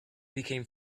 became